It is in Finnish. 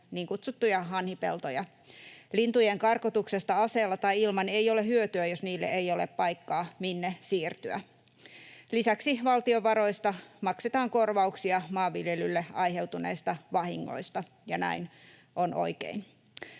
niin kutsuttuja hanhipeltoja. Lintujen karkotuksesta aseella tai ilman ei ole hyötyä, jos niille ei ole paikkaa, minne siirtyä. Lisäksi valtion varoista maksetaan korvauksia maanviljelylle aiheutuneista vahingoista, ja näin on oikein.